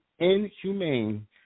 inhumane